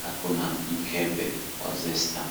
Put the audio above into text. na kuna mkebe wa Zesta.